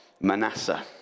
Manasseh